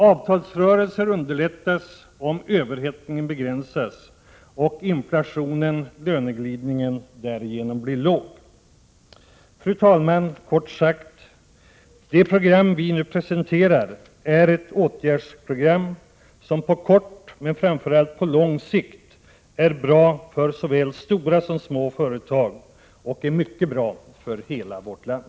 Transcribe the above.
Avtalsrörelser underlättas om överhettningen begränsas så att inflationen och löneglidningen därigenom blir låg. Fru talman! Det program vi nu presenterar är kort sagt ett åtgärdsprogram som på kort, men framför allt på lång, sikt är bra för såväl stora som små företag. Det är dessutom mycket bra för hela vårt land.